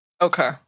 Okay